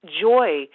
joy